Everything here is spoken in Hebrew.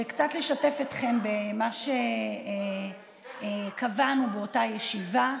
וקצת אשתף אתכם במה שקבענו באותה ישיבה.